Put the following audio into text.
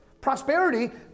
prosperity